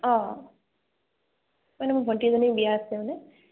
অঁ মানে মোৰ ভন্টি এজনীৰ বিয়া আছে মানে